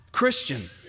Christian